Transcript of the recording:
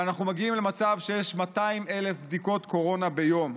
ואנחנו מגיעים למצב שיש 200,000 בדיקות קורונה ביום.